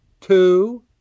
two